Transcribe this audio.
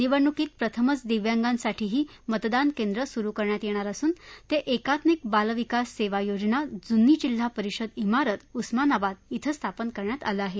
निवडणुकीत प्रथमच दिव्यांगांसाठीही मतदान केंद्र सुरू करण्यात येणार असून ते एकात्मिक बालविकास सेवा योजना जुनी जिल्हा परिषद श्रारत उस्मानाबाद श्रा स्थापन करण्यात आलं आहे